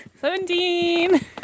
Seventeen